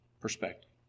perspective